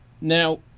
Now